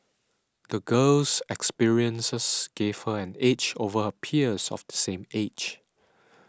the girl's experiences gave her an edge over her peers of the same age